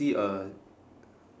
~ee a